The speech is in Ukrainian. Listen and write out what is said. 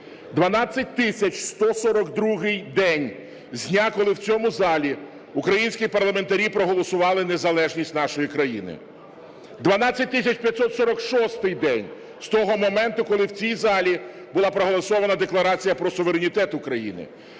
12142-й день з дня, коли в цьому залі українські парламентарі проголосували незалежність нашої країни. 12546-й день з того моменту, коли в цій залі була проголосована Декларація про суверенітет України.